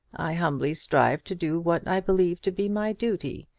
i humbly strive to do what i believe to be my duty.